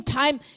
time